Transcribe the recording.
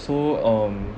so um